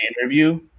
interview